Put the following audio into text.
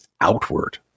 outward